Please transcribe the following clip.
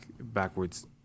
backwards-